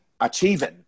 achieving